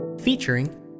Featuring